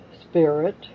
spirit